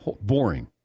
boring